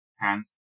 hands